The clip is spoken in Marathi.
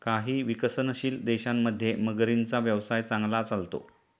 काही विकसनशील देशांमध्ये मगरींचा व्यवसाय चांगला चालतो